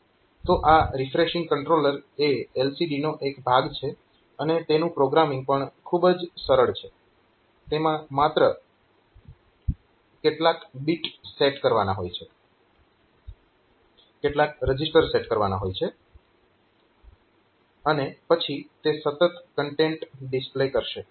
તો આ refreshing controller એ LCD નો એક ભાગ છે અને તેનું પ્રોગ્રામીંગ પણ ખૂબ જ સરળ છે તેમાં માત્ર કેટલાક બિટ સેટ કરવાના હોય છે કેટલાક રજીસ્ટર સેટ કરવાના હોય છે અને પછી તે સતત કન્ટેન્ટ ડિસ્પ્લે કરશે